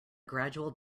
gradual